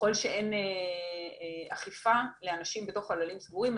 ככל שאין אכיפה לאנשים בתוך חללים סגורים,